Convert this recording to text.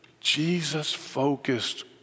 Jesus-focused